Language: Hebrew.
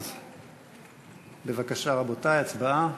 אז בבקשה, רבותי, הצבעה.